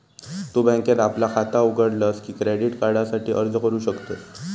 तु बँकेत आपला खाता उघडलस की क्रेडिट कार्डासाठी अर्ज करू शकतस